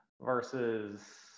versus